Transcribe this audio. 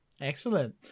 Excellent